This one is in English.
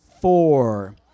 four